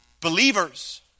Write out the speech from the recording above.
Believers